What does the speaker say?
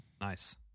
Nice